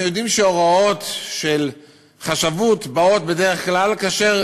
אנחנו יודעים שהוראות של חשבות באות בדרך כלל כאשר